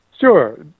Sure